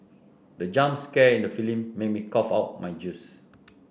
the jump scare in the filming made me cough out my juice